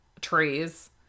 trees